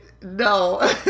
No